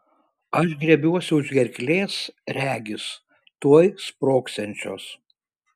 aš griebiuosi už gerklės regis tuoj sprogsiančios